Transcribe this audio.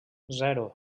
zero